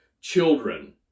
children